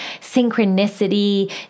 synchronicity